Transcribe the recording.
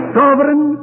sovereign